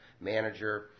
manager